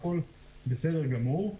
הכול בסדר גמור.